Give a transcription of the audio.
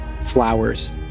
flowers